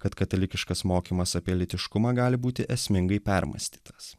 kad katalikiškas mokymas apie lytiškumą gali būti esmingai permąstytas